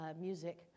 music